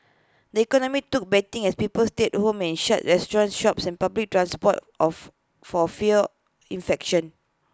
the economy took beating as people stayed home and shunned restaurants shops and public transport of for fear of infection